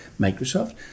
Microsoft